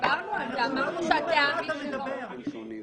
-- אמרתם שלא מעלים את הטעמים, פתאום הכול שקט.